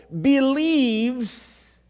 believes